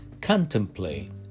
contemplate